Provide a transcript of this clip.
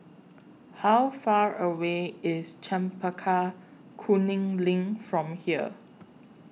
How Far away IS Chempaka Kuning LINK from here